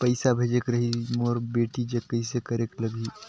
पइसा भेजेक रहिस मोर बेटी जग कइसे करेके लगही?